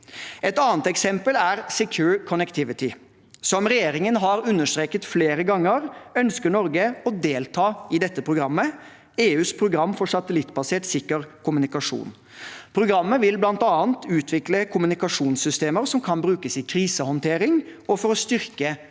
Et annet eksempel er Secure Connectivity. Som regjeringen har understreket flere ganger, ønsker Norge å delta i dette programmet, EUs program for sikker satellittbasert kommunikasjon. Programmet vil bl.a. utvikle kommunikasjonssystemer som kan brukes i krisehåndtering og for å styrke samfunnssikkerheten.